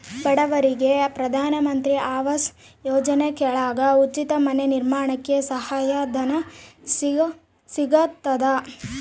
ಬಡವರಿಗೆ ಪ್ರಧಾನ ಮಂತ್ರಿ ಆವಾಸ್ ಯೋಜನೆ ಕೆಳಗ ಉಚಿತ ಮನೆ ನಿರ್ಮಾಣಕ್ಕೆ ಸಹಾಯ ಧನ ಸಿಗತದ